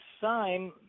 sign